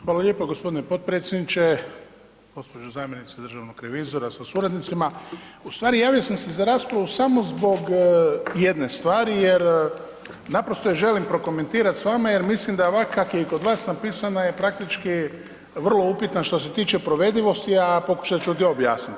Hvala lijepo g. potpredsjedniče, gđo. zamjenice državnog revizora sa suradnicima, u stvari javio sam se za raspravu samo zbog jedne stvari jer naprosto je želim prokomentirat s vama jer mislim da ovak kak je i kod vas napisana je praktički vrlo upitna što se tiče provedivosti, a pokušat ću ovdje objasnit.